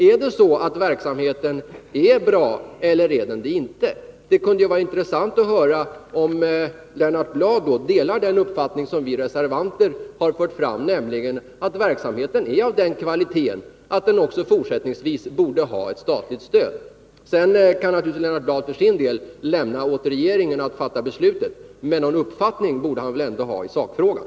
Är verksamheten bra, eller är den inte bra? Det kunde vara intressant att få höra om Lennart Bladh delar den uppfattning som vi reservanter har fört fram, nämligen att verksamheten är av den kvaliteten att den också fortsättningvis borde ha ett statligt stöd. Sedan kan naturligtvis Lennart Bladh för sin del lämna åt regeringen att fatta beslutet, men någon uppfattning borde han väl ändå ha i sakfrågan.